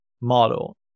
model